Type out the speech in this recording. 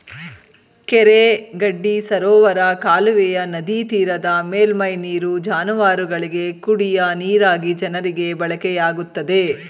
ಕೆರೆ ಗಡ್ಡಿ ಸರೋವರ ಕಾಲುವೆಯ ನದಿತೀರದ ಮೇಲ್ಮೈ ನೀರು ಜಾನುವಾರುಗಳಿಗೆ, ಕುಡಿಯ ನೀರಾಗಿ ಜನರಿಗೆ ಬಳಕೆಯಾಗುತ್ತದೆ